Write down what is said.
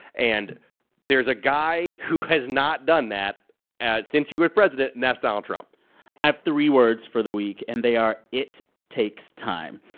and there's a guy who has not done that since he was president, and that's donald trump i have three words for the week, and they are, it takes time.